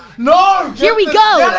no! here we go!